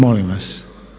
Molim vas!